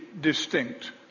distinct